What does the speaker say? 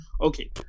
okay